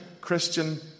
Christian